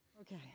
Okay